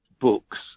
books